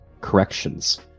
corrections